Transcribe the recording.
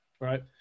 right